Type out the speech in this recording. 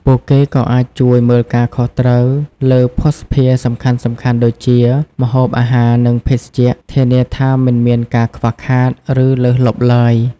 ពួកគេក៏អាចជួយ មើលការខុសត្រូវ លើភ័ស្តុភារសំខាន់ៗដូចជា ម្ហូបអាហារ និង ភេសជ្ជៈ ធានាថាមិនមានការខ្វះខាត ឬលើសលប់ឡើយ។